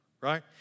right